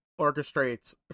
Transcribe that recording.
orchestrates